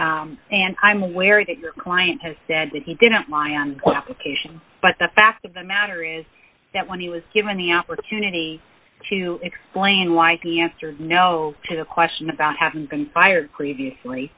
case and i'm aware that your client has said that he didn't lie and occasion but the fact of the matter is that when he was given the opportunity to explain why he answered no to the question about having been fired previously